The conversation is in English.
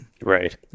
Right